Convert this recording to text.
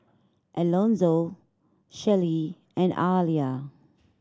Elonzo Shelly and Aliya